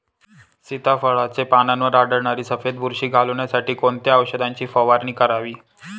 सीताफळाचे पानांवर आढळणारी सफेद बुरशी घालवण्यासाठी कोणत्या औषधांची फवारणी करावी?